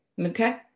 Okay